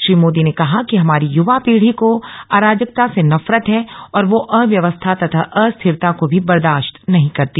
श्री मोदी ने कहा कि हमारी युवा पीढी को अराजकता से नफरत है और वह अव्यवस्था तथा अस्थिरता को भी बर्दाश्त नहीं करती